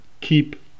keep